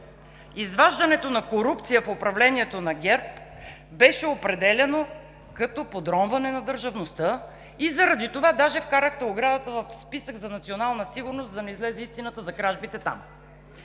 изваждането на корупция в управлението на ГЕРБ беше определяно като подронване на държавността и заради това даже вкарахте оградата в списък за национална сигурност, за да не излезе истината за кражбите там.